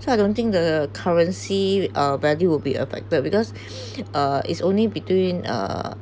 so I don't think the currency uh value will be affected because uh is only between uh